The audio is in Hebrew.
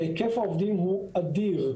והיקף העובדים הוא אדיר.